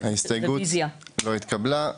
ההסתייגות לא התקבלה.